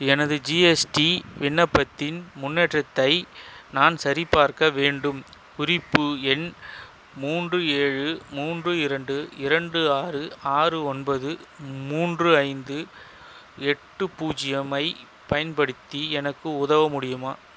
எனது ஜிஎஸ்டி விண்ணப்பத்தின் முன்னேற்றத்தை நான் சரிபார்க்க வேண்டும் குறிப்பு எண் மூன்று ஏழு மூன்று இரண்டு இரண்டு ஆறு ஆறு ஒன்பது மூன்று ஐந்து எட்டு பூஜ்ஜியமை பயன்படுத்தி எனக்கு உதவ முடியுமா